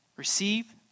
Receive